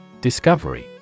Discovery